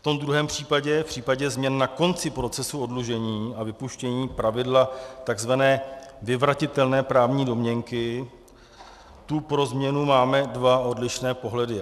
V tom druhé případě, v případě změn na konci procesu oddlužení a vypuštění pravidla tzv. vyvratitelné právní domněnky, tu pro změnu máme dva odlišné pohledy.